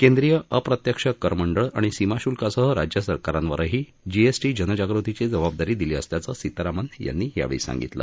केंद्रीय अप्रत्यक्ष करमंडळ आणि सीमाशुल्कासह राज्य सरकारांवरही जीएसटी जनजागृतीची जबाबदारी दिली असल्याचं सीतारामन यांनी सांगितलं